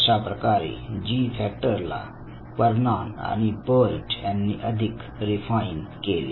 अशाप्रकारे 'G' factor ला Vernon आणि बर्ट यांनी अधिक रिफाईन केले